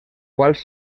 quals